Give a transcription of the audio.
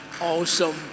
awesome